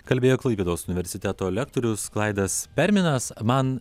kalbėjo klaipėdos universiteto lektorius klaidas perminas man